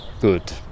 good